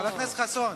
חבר הכנסת חסון.